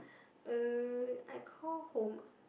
uh I call home ah